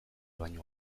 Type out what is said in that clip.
baino